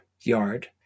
yard